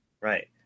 Right